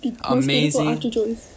Amazing